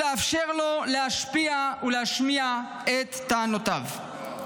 ולאפשר לו להשפיע ולהשמיע את טענותיו.